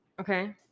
Okay